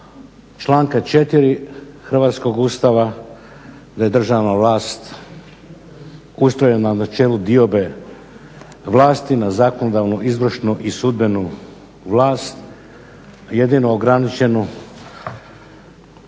članka 4. Hrvatskog Ustava, da je državna vlast ustrojena na čelu diobe vlasti na zakonodavnu, izvršnu i sudbenu vlast jedino ograničenu